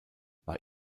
war